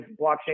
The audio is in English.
blockchain